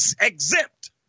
exempt